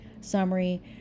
summary